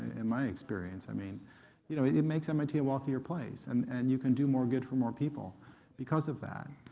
and my experience. i mean you know it makes mit a wealthier place, and and you can do more good for more people because of that.